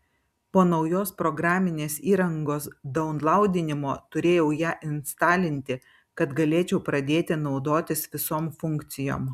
po naujos programinės įrangos daunlaudinimo turėjau ją instalinti kad galėčiau pradėti naudotis visom funkcijom